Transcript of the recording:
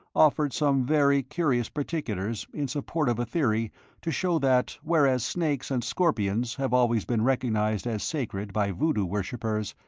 offered some very curious particulars in support of a theory to show that whereas snakes and scorpions have always been recognized as sacred by voodoo worshippers,